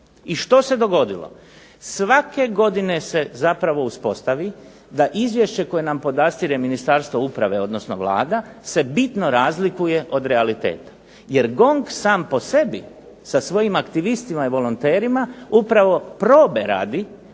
I što se dogodilo? Svake godine se zapravo uspostavi da izvješće koje nam podastire Ministarstvo uprave, odnosno Vlada, se bitno razlikuje od realiteta, jer GONG sam po sebi sa svojim aktivistima i volonterima upravo probe radi